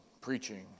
preaching